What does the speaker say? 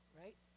right